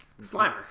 Slimer